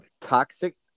toxic